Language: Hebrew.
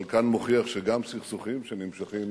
הבלקן מוכיח שגם סכסוכים שנמשכים